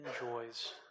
enjoys